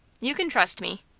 you can trust me.